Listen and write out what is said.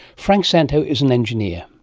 frank szanto is an engineer.